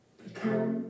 become